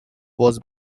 was